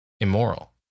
immoral